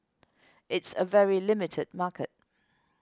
it's a very limited market